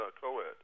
co-ed